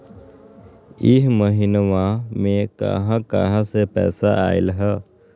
इह महिनमा मे कहा कहा से पैसा आईल ह?